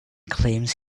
claims